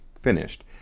finished